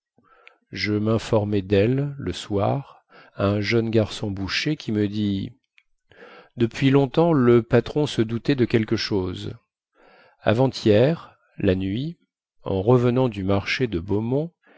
je minformai delle le soir à un jeune garçon boucher qui me dit depuis longtemps le patron se doutait de quelque chose avanthier la nuit en revenant du marché de beaumont